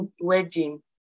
wedding